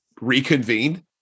reconvened